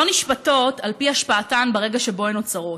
נשפטות על פי השפעתן ברגע שבו הן נוצרות.